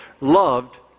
loved